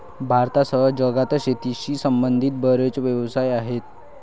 भारतासह जगात शेतीशी संबंधित बरेच व्यवसाय आहेत